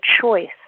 choice